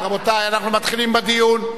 חברי הכנסת, אנחנו מתחילים בדיון.